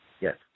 Yes